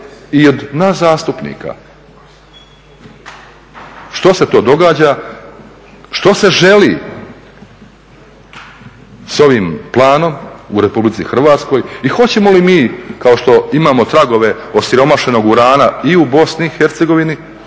i od nas zastupnika. Što se to događa, što se želi s ovim planom u RH i hoćemo li mi kao što imamo tragove osiromašenog urana i u BiH i u Srbiji